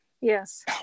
Yes